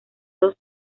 los